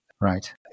Right